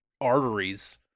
arteries